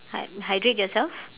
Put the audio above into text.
hy~ hydrate yourself